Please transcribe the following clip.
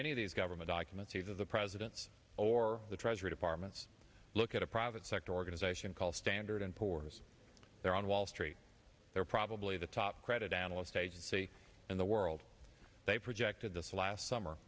any of these government documents of the president's or the treasury department's look at a private sector organization called standard and poor's there on wall street they're probably the top credit analyst agency in the world they projected this last summer